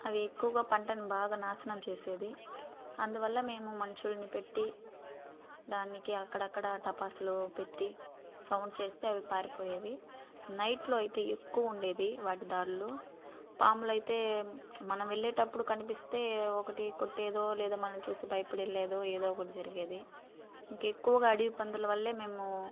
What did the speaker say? అవి ఎక్కువగా పంటను బాగా నాశనం చేసేవి అందువల్ల మేము మనుషులని పెట్టి దానికి అక్కడక్కడ టపాసులు పెట్టి సౌండ్ చేస్తే అవి పారిపోయేవి నైట్లో అయితే ఎక్కువ ఉండేది వాటి దాడులు పాములైతే మనం వెళ్ళేటప్పుడు కనిపిస్తే ఒకటి కొట్టేదో లేదో మనం చూసి భయపడి వెళ్ళేదో ఏదో ఒకటి జరిగేది ఇంక ఎక్కువగా అడవి పందుల వల్లే మేము